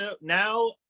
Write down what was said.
now